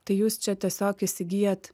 tai jūs čia tiesiog įsigyjat